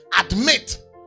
Admit